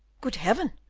good heaven!